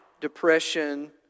depression